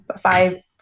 five